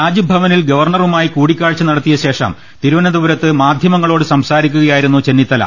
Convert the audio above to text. രാജ്ഭവ നിൽ ഗവർണറുമായി കൂടിക്കാഴ്ച നടത്തിയ ശേഷം തിരു വനന്തപുരത്ത് മാധ്യമങ്ങളോട് സംസാരിക്കുകയായിരുന്നു ചെന്നിത്തല